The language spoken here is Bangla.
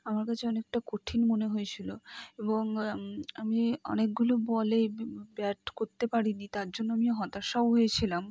আমার কাছে অনেকটা কঠিন মনে হয়েছিলো এবং আমি অনেকগুলো বলে ব্যাট করতে পারি নি তার জন্য আমি হতাশও হয়েছিলাম